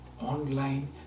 online